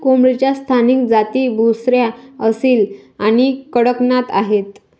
कोंबडीच्या स्थानिक जाती बुसरा, असील आणि कडकनाथ आहेत